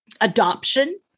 adoption